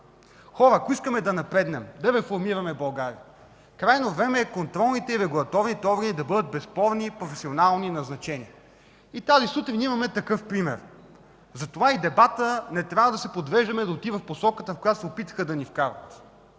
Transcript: Хора, ако искаме да напреднем, да реформираме България, крайно време е контролните и регулаторните органи да бъдат безспорни и професионално назначени. И тази сутрин имаме такъв пример. Затова и дебатът не трябва да се подвеждаме да отива в посоката, в която се опитаха да ни вкарат.